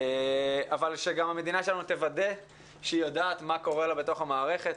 אבל שגם המדינה שלנו תוודא שהיא יודעת מה קורה לה בתוך המערכת,